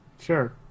Sure